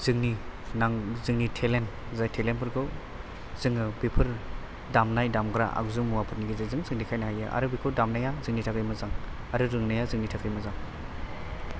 जोंनि नांगौ जोंनि थेलेन्थ जाय थेलेन्थफोरखौ जोंनो बेफोर दामनाय दामग्रा आगजु मुवाफोरनि गेजेरजों जों देखायनो हायो आरो बेखौ दामनाया जोंनि थाखाय मोजां आरो रोंनाया जोंनि थाखाय मोजां